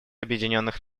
объединенных